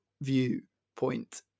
viewpoint